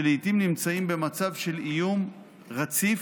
שלעיתים נמצאים במצב של איום רציף,